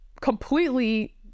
completely